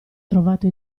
trovato